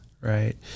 Right